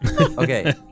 Okay